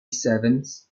sevens